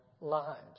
lives